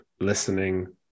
listening